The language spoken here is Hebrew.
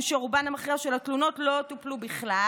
שרובן המכריע של התלונות לא טופלו בכלל